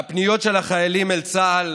והפניות של החיילים אל צה"ל